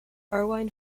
erlewine